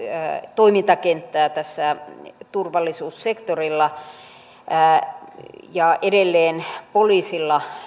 toimintakenttää tässä turvallisuussektorilla edelleen poliisilla